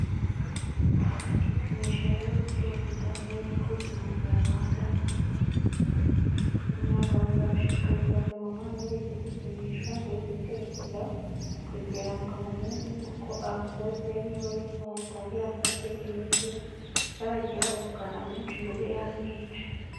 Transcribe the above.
Ipimisha virusi itera SIDA umenye uko ubuzima bwawe buhagaze, Abanyarwanda bashishikariza buri muntuyobogeze kwipimisha virusi itera SIDA kugira ngo bamenye uko ahagaze, niba ayirwaye atangire afate imiti itaragira ubukana bwinshi ngo ibe yamwica.